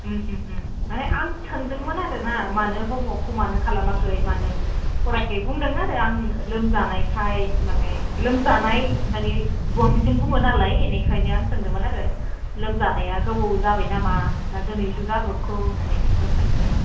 माने आं सोंदोंमोन आरो ना मानो हमव'र्कखौ मानो खालामाखै मानो फरायाखै बुंदों आरो आं लोमजानायखाय माने लोमजानाय होन्नानै बांसिन बुङो नालाय बेनिखायनो आं सोंदोंमोन आरो लोमजानाया गोबाव जाबाय नामा ना दिनैसो जाब्र'बखो होन्नानै बेखौनो सोंदोंमोन